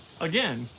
Again